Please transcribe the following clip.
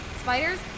spiders